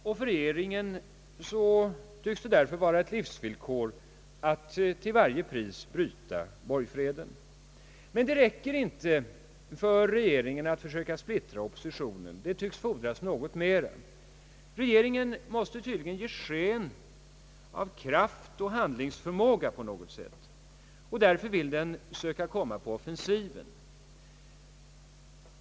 För regeringen tycks det därför vara ett livsvillkor att till varje pris bryta borgfreden. Men det räcker inte för regeringen att försöka splittra oppositionen. Det förefal ler fordras något mer. Regeringen måste också ge sken av kraft och handlingsförmåga på något sätt. Den försöker komma på offensiven.